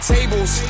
Tables